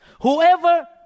Whoever